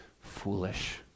foolish